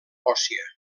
òssia